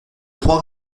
trois